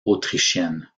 autrichienne